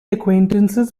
acquaintances